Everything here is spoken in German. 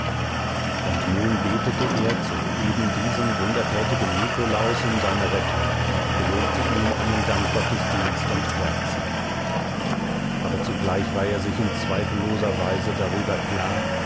und nun betete er zu ebendiesem wundertätigen nikolaus um seine rettung und gelobte ihm einen dankgottesdienst und kerzen aber zugleich war er sich in zweifelloser weise darüber klar